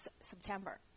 September